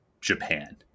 japan